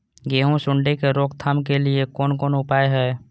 गेहूँ सुंडी के रोकथाम के लिये कोन कोन उपाय हय?